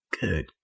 Good